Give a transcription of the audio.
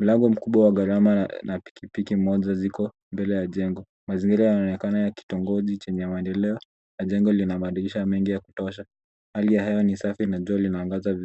Mlango mkubwa wa gharama na pikipiki moja ziko mbele ya jengo. Mazingira yanaonekana ya kitongoji chenye maendeleo na jengo lina madirisha mengi ya kutosha. Hali ya hewa ni safi na jua lina angaza vizuri.